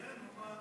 כן, הם זוממים.